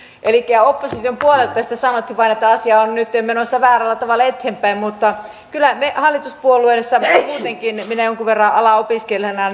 opposition puolelta tästä on sanottu vain että asia on nytten menossa väärällä tavalla eteenpäin mutta kyllä me hallituspuolueissa kuitenkin ja minäkin jonkun verran alaa opiskelleena